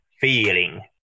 feeling